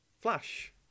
Flash